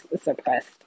suppressed